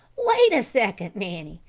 wait a second, nanny.